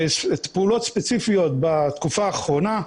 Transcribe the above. פעולות ספציפיות בתקופה האחרונה.